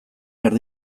behar